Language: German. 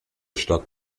stadt